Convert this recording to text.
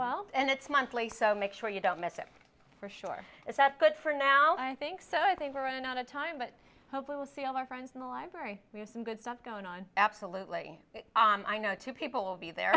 well and it's monthly so make sure you don't mess it for sure is that but for now i think so i think we're running out of time but i hope we'll see all our friends in the library we have some good stuff going on absolutely i know two people will be there